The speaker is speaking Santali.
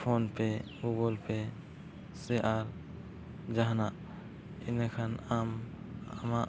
ᱥᱮ ᱟᱨ ᱡᱟᱦᱟᱱᱟᱜ ᱤᱱᱟᱹᱠᱷᱟᱱ ᱟᱢ ᱟᱢᱟᱜ